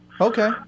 Okay